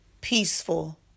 peaceful